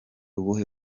ubuhe